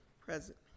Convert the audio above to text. Present